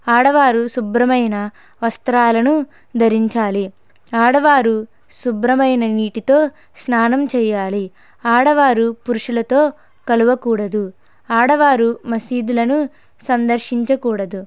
ఆడవారు శుభ్రమైన వస్త్రాలను ధరించాలి ఆడవారు శుభ్రమైన నీటితో స్నానం చేయాలి ఆడవారు పురుషులతో కలవకూడదు ఆడవారు మసీదులను సందర్శించకూడదు